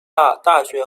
大学